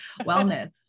wellness